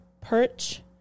perch